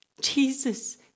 Jesus